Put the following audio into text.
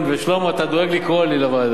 שלמה, אתה דואג לקרוא לי לוועדה.